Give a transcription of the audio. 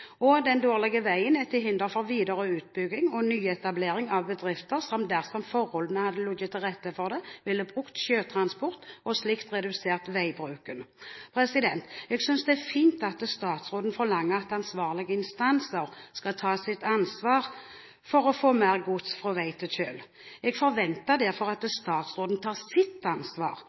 og den dårlige veien er til hinder for videreutbygging og nyetablering av bedrifter, som dersom forholdene hadde ligget til rette for det, ville brukt sjøtransport og slik redusert veibruken. Jeg synes det er fint at statsråden forlanger at ansvarlige instanser skal ta sitt ansvar for å få mer gods fra vei til kjøl. Jeg forventer derfor at statsråden tar sitt ansvar